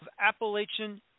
Appalachian